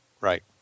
Right